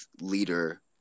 leader